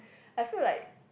I feel like